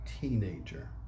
teenager